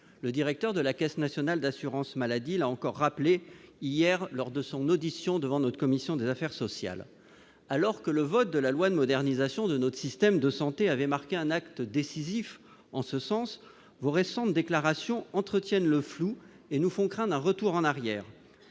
le directeur de la Caisse nationale d'assurance maladie l'a encore rappelé hier, lors de son audition devant notre commission des affaires sociales, alors que le vote de la loi de modernisation de notre système de santé avait marqué un acte décisif en ce sens, vous récentes déclarations entretiennent le flou et nous font craindre un retour en arrière,